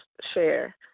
Share